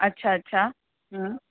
अच्छा अच्छा हम्म